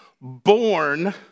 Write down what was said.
born